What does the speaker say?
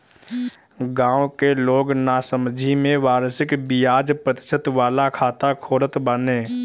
गांव के लोग नासमझी में वार्षिक बियाज प्रतिशत वाला खाता खोलत बाने